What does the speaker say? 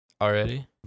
already